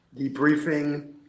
debriefing